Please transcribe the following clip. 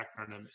acronym